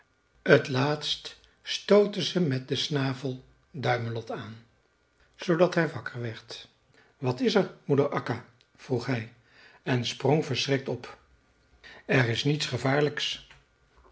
t laatst stootte ze met den snavel duimelot aan zoodat hij wakker werd wat is er moeder akka vroeg hij en sprong verschrikt op er is niets gevaarlijks